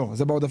לא, זה בעודפים.